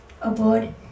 aboard